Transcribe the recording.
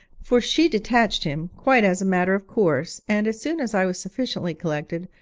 for she detached him quite as a matter of course, and, as soon as i was sufficiently collected,